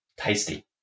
Tasty